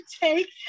take